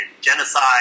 genocide